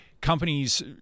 companies